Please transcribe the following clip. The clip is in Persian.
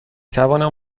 توانم